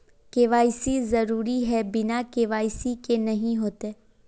KYC जरुरी है बिना के.वाई.सी के नहीं होते?